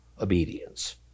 obedience